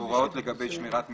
הוראות לגבי שמירת מסמכים.